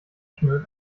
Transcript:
national